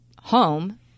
home